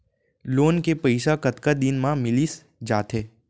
Loan के पइसा कतका दिन मा मिलिस जाथे?